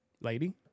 Lady